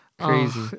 Crazy